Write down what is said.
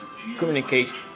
communication